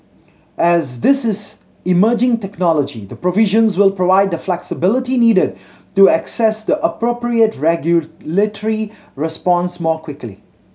as this is emerging technology the provisions will provide the flexibility needed to assess the appropriate regulatory response more quickly